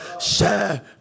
Share